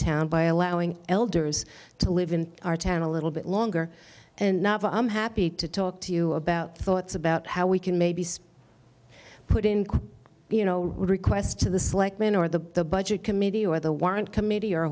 town by allowing elders to live in our town a little bit longer and not i'm happy to talk to you about thoughts about how we can maybe put in you know requests to the selectmen or the budget committee or the warrant committee or